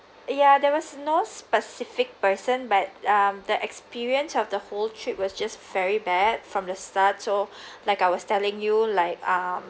ya there was no specific person but um the experience of the whole trip was just very bad from the start so like I was telling you like um